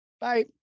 Bye